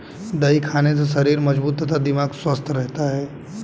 दही खाने से शरीर मजबूत तथा दिमाग स्वस्थ रहता है